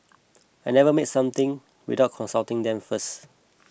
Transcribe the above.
I never make something without consulting them first